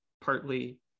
partly